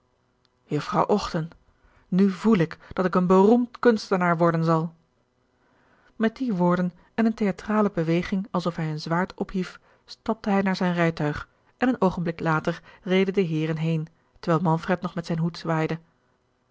ochten nu voel ik dat ik een beroemd kunstenaar worden zal gerard keller het testament van mevrouw de tonnette met die woorden en eene theatrale beweging alsof hij een zwaard ophief stapte hij naar zijn rijtuig en een oogenblik later reden de heeren heen terwijl manfred nog met zijn hoed zwaaide